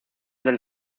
del